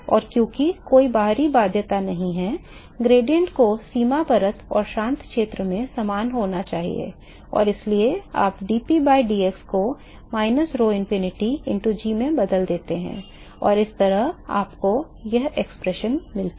और क्योंकि कोई बाहरी बाध्यता नहीं है ग्रेडिएंट को सीमा परत और शांत क्षेत्र में समान होना चाहिए और इसलिए आप dp by dx को minus rho infinity into g में बदल देते हैं और इस तरह आपको यह अभिव्यक्ति मिलती है